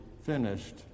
finished